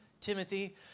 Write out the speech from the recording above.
Timothy